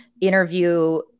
interview